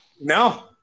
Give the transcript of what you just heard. No